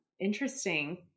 interesting